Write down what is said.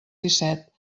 disset